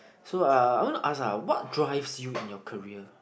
so uh I want to ask ah what drives you in your career